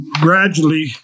gradually